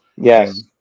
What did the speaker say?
Yes